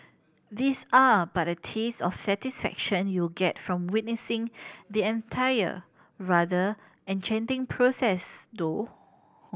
these are but a taste of satisfaction you'll get from witnessing the entire rather enchanting process though